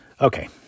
Okay